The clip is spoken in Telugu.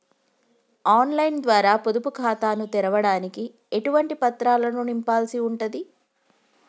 ఆన్ లైన్ ద్వారా పొదుపు ఖాతాను తెరవడానికి ఎటువంటి పత్రాలను నింపాల్సి ఉంటది?